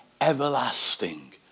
everlasting